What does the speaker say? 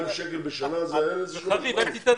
200 שקל בשנה, אין לזה משמעות.